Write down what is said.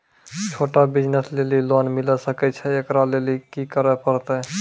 छोटा बिज़नस लेली लोन मिले सकय छै? एकरा लेली की करै परतै